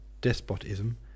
despotism